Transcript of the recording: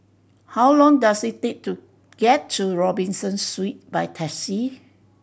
how long does it take to get to Robinson Suites by taxi